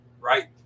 right